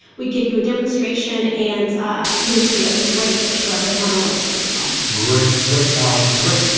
we give you a demonstration, and you'll see a great picture of it on our website, as well. great, great knowledge, and great,